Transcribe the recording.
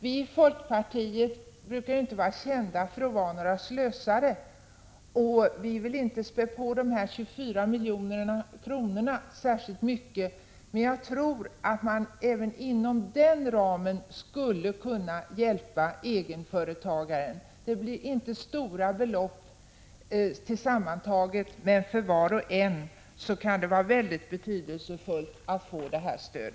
Vi i folkpartiet brukar inte vara kända för att vara några slösare, och vi vill inte spä på dessa 24 milj.kr. särskilt mycket. Men jag tror att man även inom denna ram skulle kunna hjälpa egenföretagarna. Det blir sammantaget inte några stora belopp, men för var och en kan det vara mycket betydelsefullt att få detta stöd.